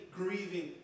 grieving